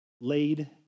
laid